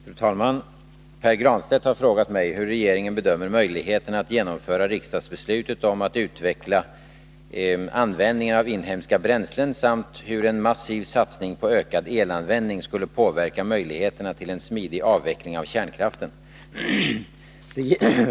Fru talman! Pär Granstedt har frågat mig hur regeringen bedömer möjligheterna att genomföra riksdagsbeslutet om att utveckla användningen av inhemska bränslen samt hur en massiv satsning på ökad elanvändning skulle påverka möjligheterna till en smidig avveckling av kärnkraften.